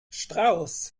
strauß